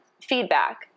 feedback